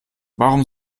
warum